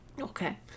Okay